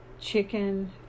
chicken